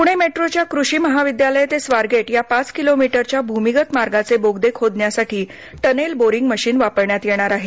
पुणे मेट्रोच्याकृषीमहाविद्यालयतेस्वारगेटया पाच किलोमीटरच्या भूमिगत मार्गाचे बोगदेखोदण्यासाठी टनेलबोरिंग मशीनवापरण्यातयेणारआहे